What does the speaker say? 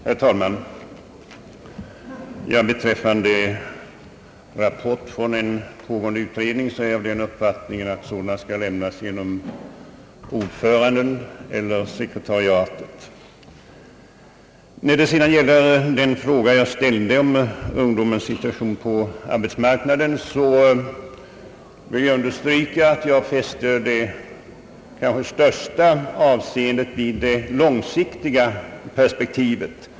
Herr talman! Först vill jag säga, att rapporter från en pågående utredning enligt min uppfattning skall lämnas genom ordföranden eller sekretariatet. När det sedan gäller min fråga om ungdomens situation på arbetsmarknaden vill jag understryka, att jag fäste det kanske största avseendet vid det långsiktiga perspektivet.